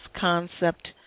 concept